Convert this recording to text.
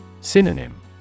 Synonym